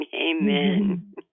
Amen